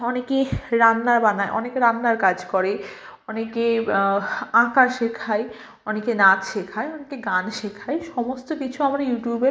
অনেকে রান্না বানায় অনেকে রান্নার কাজ করে অনেকে আঁকা শেখায় অনেকে নাচ শেখায় অনেকে গান শেখায় সমস্ত কিছু আবার ইউটিউবের